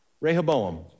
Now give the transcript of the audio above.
Rehoboam